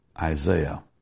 Isaiah